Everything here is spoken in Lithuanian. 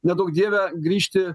neduok dieve grįžti